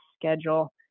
schedule